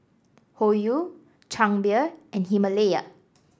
Hoyu Chang Beer and Himalaya